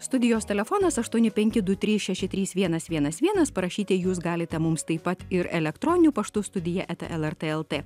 studijos telefonas aštuoni penki du trys šeši trys vienas vienas vienas parašyti jūs galite mums taip pat ir elektroniu paštu studija eta lrt lt